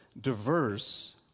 diverse